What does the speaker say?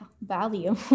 value